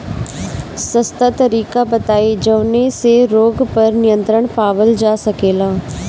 सस्ता तरीका बताई जवने से रोग पर नियंत्रण पावल जा सकेला?